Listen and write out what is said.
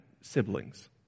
siblings